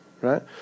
right